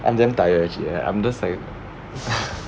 I'm damn tired actually eh I'm just like